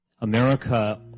America